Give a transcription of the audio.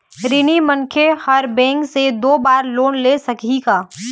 ऋणी मनखे हर बैंक से दो बार लोन ले सकही का?